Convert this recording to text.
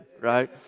right